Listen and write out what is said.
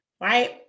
right